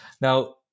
Now